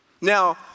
Now